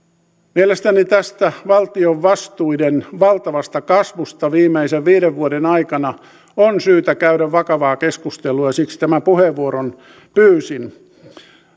mielestäni tästä valtion vastuiden valtavasta kasvusta viimeisten viiden vuoden aikana on syytä käydä vakavaa keskustelua ja siksi tämän puheenvuoron pyysin